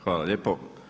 Hvala lijepo.